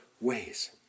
ways